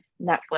Netflix